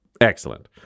Excellent